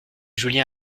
julien